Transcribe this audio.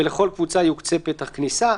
ולכל קבוצה יוקצה פתח כניסה,